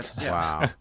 Wow